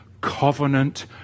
covenant